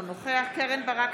אינו נוכח קרן ברק,